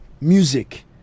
music